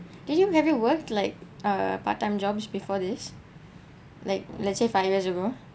did you having you worked like uh part time jobs before this like let's say five years ago